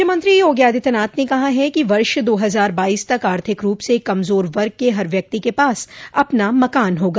मुख्यमंत्री योगी आदित्यनाथ ने कहा कि वर्ष दो हजार बाइस तक आर्थिक रूप से कमजोर वर्ग के हर व्यक्ति के पास अपना मकान होगा